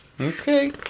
Okay